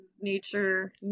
nature